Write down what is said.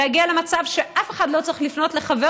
להגיע למצב שאף אחד לא צריך לפנות לחבר